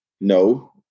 No